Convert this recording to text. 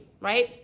right